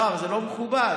אבל זה לא מכובד.